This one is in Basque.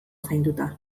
zainduta